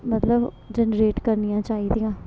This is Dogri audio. मतलब जनरेट करनियां चाहिदियां